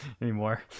anymore